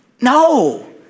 No